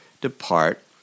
depart